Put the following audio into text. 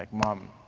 like mom,